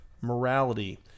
morality